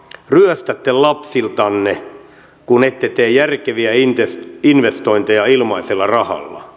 ryöstätte lapsiltanne kun ette tee järkeviä investointeja ilmaisella rahalla